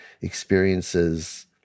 experiences